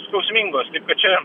skausmingos taip kad čia